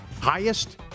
Highest